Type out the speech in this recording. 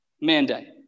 mandate